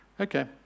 okay